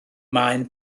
maen